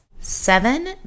Seven